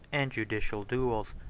and judicial duels,